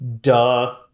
duh